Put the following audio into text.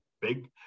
big